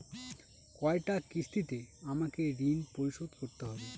কয়টা কিস্তিতে আমাকে ঋণ পরিশোধ করতে হবে?